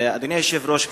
אדוני היושב-ראש,